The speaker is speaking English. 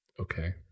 Okay